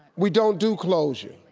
we don't do closure.